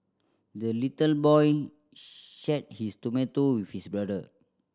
the little boy shared his tomato with his brother